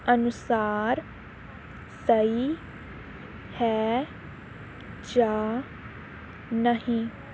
ਅਨੁਸਾਰ ਸਹੀ ਹੈ ਜਾਂ ਨਹੀਂ